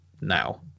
now